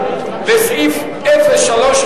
לסעיף 03,